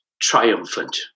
triumphant